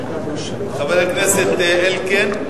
חבר הכנסת אלקין,